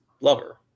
lover